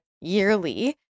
yearly